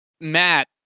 Matt